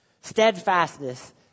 Steadfastness